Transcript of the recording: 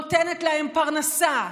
נותנת להם פרנסה,